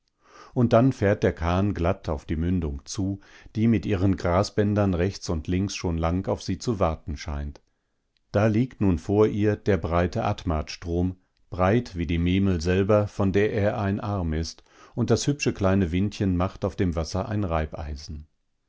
und dann fährt der kahn glatt auf die mündung zu die mit ihren grasbändern rechts und links schon lang auf sie zu warten scheint da liegt nun vor ihr der breite atmathstrom breit wie die memel selber von der er ein arm ist und das hübsche kleine windchen macht auf dem wasser ein reibeisen